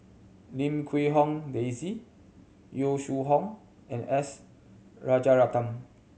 Lim Quee Hong Daisy Yong Shu Hoong and S Rajaratnam